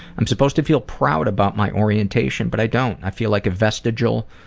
i'm supposed to feel proud about my orientation but i don't. i feel like a vestigial,